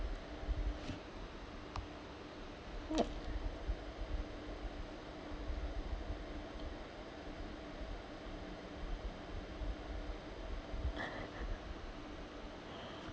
that